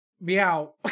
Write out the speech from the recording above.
Meow